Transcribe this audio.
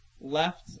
left